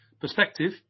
perspective